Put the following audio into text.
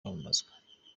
kwamamazwa